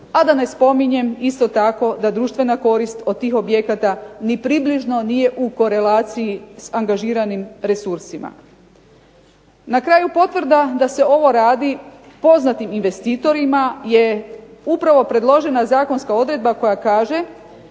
a da ne spominjem isto tako da društvena korist od tih objekata ni približno nije u korelaciji sa angažiranim resursima. Na kraju potvrda da se ovo radi poznatim investitorima je upravo predložena zakonska odredba koja kaže